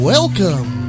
Welcome